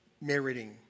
meriting